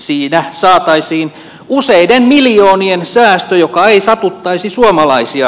siinä saataisiin useiden miljoonien säästö joka ei satuttaisi suomalaisia